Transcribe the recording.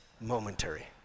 momentary